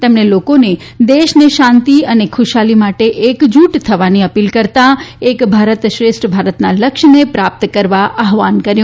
તેમણે લોકોને દેશને શાંતિ અને ખુશાલી માટે એકજૂથ થવાની અપીલ કરતાં એક ભારત શ્રેષ્ઠ ભારતના લક્ષ્યને પ્રાપ્ત કરવાનો આહવાન કર્યું